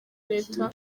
leta